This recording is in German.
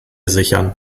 sichern